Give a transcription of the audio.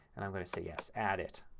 and i'm going to say yes. add it.